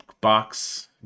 box